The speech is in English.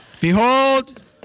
Behold